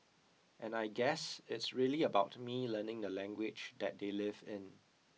and I guess it's really about me learning the language that they live in